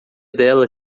dela